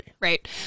right